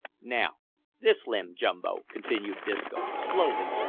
now this limb, jumbo, continued disco, slowly,